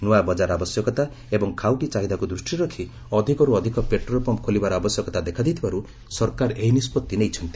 ନୂଆ ବଜାର ଆବଶ୍ୟକତା ଏବଂ ଖାଉଟି ଚାହିଦାକୁ ଦୃଷ୍ଟିରେ ରଖି ଅଧିକରୁ ଅଧିକ ପେଟ୍ରୋଲ୍ ପମ୍ପ ଖୋଲିବାର ଆବଶ୍ୟକତା ଦେଖାଦେଇଥିବାରୁ ସରକାର ଏହି ନିଷ୍ପଭ୍ତି ନେଇଛନ୍ତି